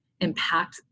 impact